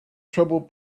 trouble